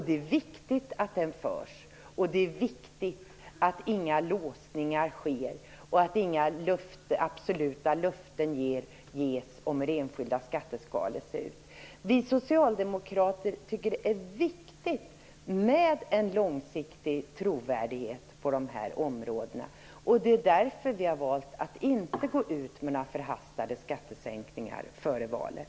Det är viktigt att den diskussionen förs, och det är viktigt att inga låsningar sker och att inga absoluta löften ges om hur enskilda skatteskalor skall se ut. Vi socialdemokrater tycker att det är viktigt med en långsiktig trovärdighet på de här områdena. Det är därför vi har valt att inte gå ut med några förhastade löften om skattesänkningar före valet.